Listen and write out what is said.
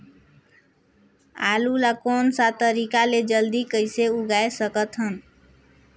आलू ला कोन सा तरीका ले जल्दी कइसे उगाय सकथन?